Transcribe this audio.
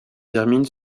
termine